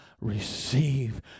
receive